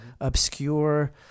obscure